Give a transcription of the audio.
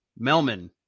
Melman